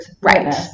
Right